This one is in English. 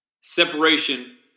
separation